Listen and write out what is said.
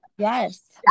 Yes